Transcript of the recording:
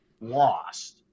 lost